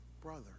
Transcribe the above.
brother